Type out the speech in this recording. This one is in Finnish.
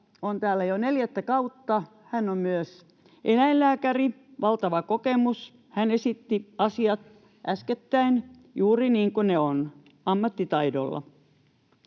on täällä jo neljättä kautta — hän on myös eläinlääkäri, valtava kokemus — esitti asiat äskettäin juuri niin kuin ne ovat, ammattitaidolla.